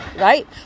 right